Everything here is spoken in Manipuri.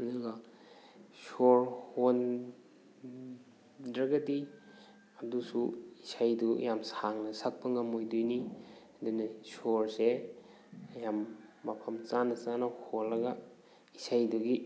ꯑꯗꯨꯒ ꯁꯣꯔ ꯍꯣꯟ ꯗ꯭ꯔꯒꯗꯤ ꯑꯗꯨꯁꯨ ꯏꯁꯩꯗꯨ ꯌꯥꯝ ꯁꯥꯡꯅ ꯁꯛꯄ ꯉꯝꯃꯣꯏꯗꯣꯏꯅꯤ ꯑꯗꯨꯅ ꯁꯣꯔꯁꯦ ꯌꯥꯝ ꯃꯐꯝ ꯆꯥꯥꯅ ꯆꯥꯅ ꯍꯣꯜꯂꯒ ꯏꯁꯩꯗꯨꯒꯤ